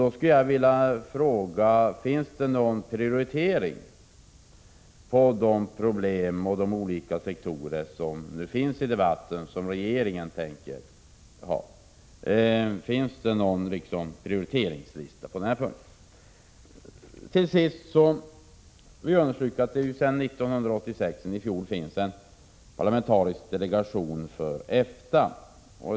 Därför vill jag fråga: Tänker regeringen tillämpa någon prioritering av de problem och de olika sektorer som nu är aktuella i debatten? Finns det någon sådan prioriteringslista? Till sist vill jag understryka att det sedan 1986 finns en parlamentarisk delegation för EFTA.